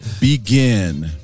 Begin